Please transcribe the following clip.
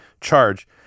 charge